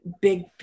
big